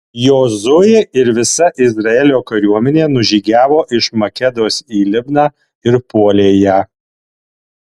jozuė ir visa izraelio kariuomenė nužygiavo iš makedos į libną ir puolė ją